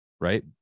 Right